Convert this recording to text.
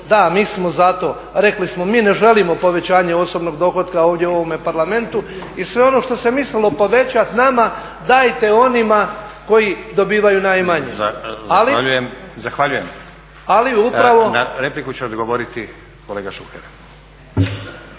Da, mi smo za to. Rekli smo, mi ne želimo povećanje osobnog dohotka ovdje u ovome parlamentu i sve ono što se mislilo povećati nama, dajte onima koji dobivaju najmanje. **Stazić, Nenad (SDP)** Zahvaljujem. Na repliku će odgovoriti kolega Šuker.